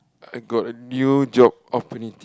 I got a new job opportunity